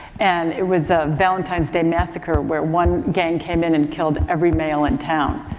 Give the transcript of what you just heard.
and, it was a valentine's day massacre where one gang came in and killed every male in town.